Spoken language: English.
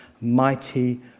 mighty